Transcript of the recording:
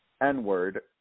N-word